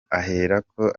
aherako